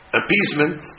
appeasement